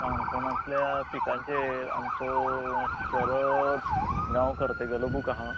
काणकोणांतल्यां पिकांचेर आमचो शरद गांवकर तेगेलो बूक आहा